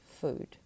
food